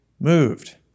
moved